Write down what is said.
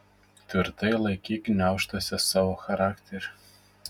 tvirtai laikyk gniaužtuose savo charakterį